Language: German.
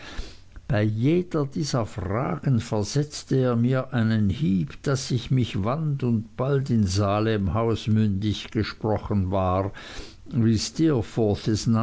bei jeder dieser fragen versetzte er mir einen hieb daß ich mich wand und bald in salemhaus mündig gesprochen war wie